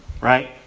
Right